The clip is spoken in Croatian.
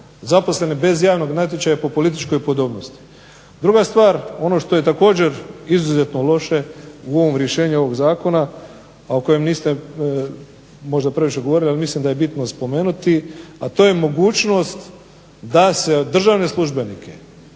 zaposleni bez javnog natječaja po političkoj podobnosti. Druga stvar, ono što je također izuzetno loše u ovom rješenju ovog Zakona a o kojem niste možda previše govorili ali mislim da je bitno spomenuti a to je mogućnost da se državne službenike